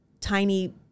tiny